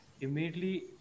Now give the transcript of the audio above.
immediately